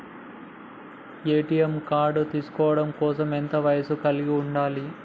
ATM card తీసుకోవడం కోసం ఎంత వయస్సు కలిగి ఉండాలి?